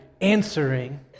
answering